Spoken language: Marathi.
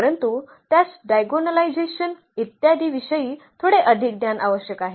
परंतु त्यास डायगोनलायझेशन इत्यादि विषयी थोडे अधिक ज्ञान आवश्यक आहे